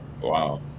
Wow